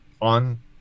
on